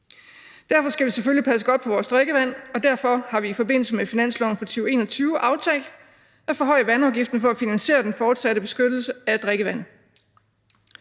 selvfølgelig passe godt på vores drikkevand, og derfor har vi i forbindelse med finansloven for 2021 aftalt at forhøje vandafgiften for at finansiere den fortsatte beskyttelse af drikkevandet.